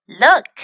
look